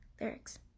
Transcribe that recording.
Lyrics